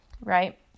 right